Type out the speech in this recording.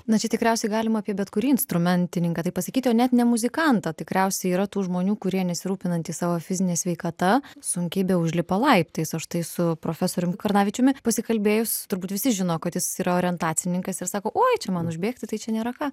na čia tikriausiai galima apie bet kurį instrumentininką taip pasakyti o net ne muzikantą tikriausiai yra tų žmonių kurie nesirūpinantys savo fizine sveikata sunkiai beužlipa laiptais aš tai su profesorium karnavičiumi pasikalbėjus turbūt visi žino kad jis yra orientacininkas ir sako oi čia man užbėgti tai čia nėra ką